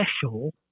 special